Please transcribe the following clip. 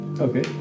Okay